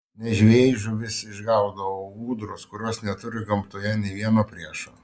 ne žvejai žuvis išgaudo o ūdros kurios neturi gamtoje nė vieno priešo